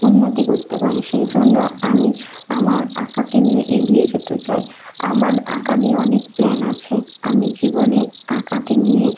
উন্নতি করতে পারে সেই জন্য আমি আমার আঁকাকে নিয়ে এগিয়ে যেতে চাই আমার আঁকা নিয়ে অনেক প্ল্যান আছে আমি জীবনে আঁকাকে নিয়ে